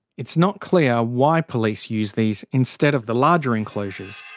it's not clear why police use these instead of the larger enclosures.